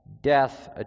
death